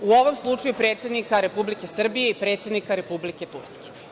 U ovom slučaju predsednika Republike Srbije i predsednika Republike Turske.